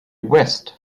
west